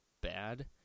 bad